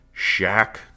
Shaq